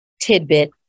tidbit